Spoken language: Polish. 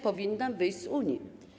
Powinna wyjść z Unii”